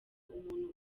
umuntu